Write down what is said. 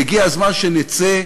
והגיע הזמן שנצא,